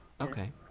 Okay